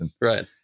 Right